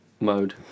mode